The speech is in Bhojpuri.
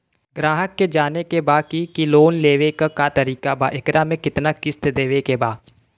ग्राहक के जाने के बा की की लोन लेवे क का तरीका बा एकरा में कितना किस्त देवे के बा?